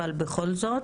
אבל בכל זאת.